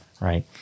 Right